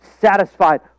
satisfied